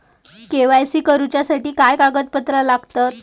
KYC करूच्यासाठी काय कागदपत्रा लागतत?